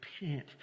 repent